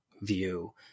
view